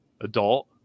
adult